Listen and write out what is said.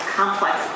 complex